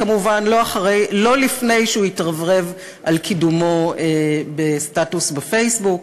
כמובן לא לפני שהוא התרברב על קידומו בסטטוס בפייסבוק.